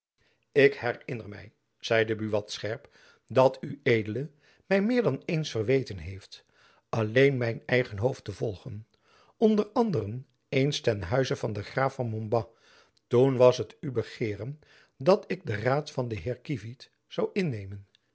ik herinner my zeide buat scherp dat ued my meer dan eens verweten heeft alleen mijn eigen hoofd te volgen onder anderen eens ten huize van den graaf van montbas toen was het uw begeeren dat ik den raad van den heer kievit zoû innemen